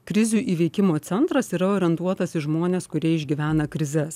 krizių įveikimo centras yra orientuotas į žmones kurie išgyvena krizes